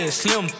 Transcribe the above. slim